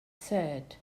sad